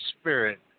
spirit